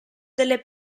delle